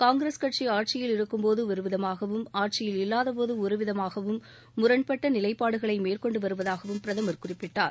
காங்கிரஸ் கட்சி ஆட்சியில் இருக்கும்போது ஒரு விதமாகவும் ஆட்சியில் இல்வாதபோது ஒரு விதமாகவும் முரண்பட்ட நிலைப்பாடுகளை மேற்கொண்டு வருவதாகவும் பிரதம் குறிப்பிட்டார்